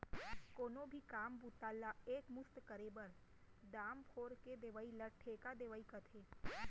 कोनो भी काम बूता ला एक मुस्त करे बर, दाम फोर के देवइ ल ठेका देवई कथें